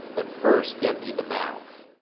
but first empty the mouth.